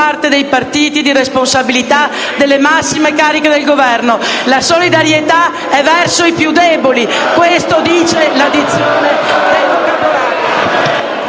dei partiti delle responsabilità delle massime cariche del Governo. La solidarietà è verso i più deboli: questa è la dizione